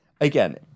again